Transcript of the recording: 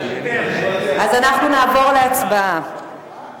אז אנחנו נעבור להצבעה